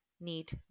need